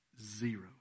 Zero